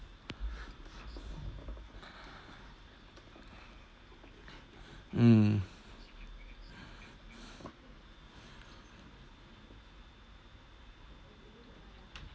mm